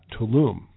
Tulum